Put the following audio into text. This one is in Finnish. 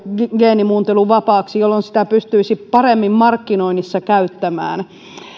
geenimuunteluvapaaksi lähtisi alhaalta ylöspäin jolloin sitä pystyisi paremmin markkinoinnissa käyttämään